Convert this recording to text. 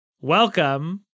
Welcome